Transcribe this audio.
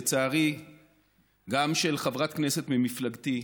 לצערי גם של חברת כנסת ממפלגתי,